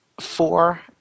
four